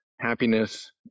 happiness